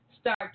start